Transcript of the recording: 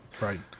Right